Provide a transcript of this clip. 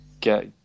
get